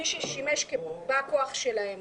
מי ששימש בא כוח שלהם